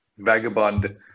Vagabond